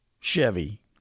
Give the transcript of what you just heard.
Chevy